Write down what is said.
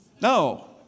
No